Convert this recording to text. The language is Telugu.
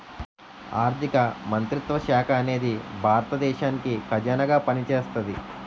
ఆర్ధిక మంత్రిత్వ శాఖ అనేది భారత దేశానికి ఖజానాగా పనిచేస్తాది